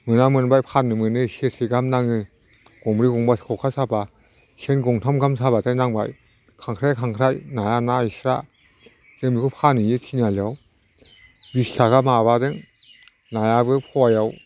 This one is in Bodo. मोनबा मोनबाय फाननो मोनो सेरसे गाहाम नाङो गंब्रै गंबा खखा साबा सेन गंथाम गाहाम साबाथाय नांबाय खांख्राइया खांख्राइ नाया ना एक्सट्रा जों बेखौ फानहैयो थिनियालियाव बिस थाखा माबाजों नायाबो फवायाव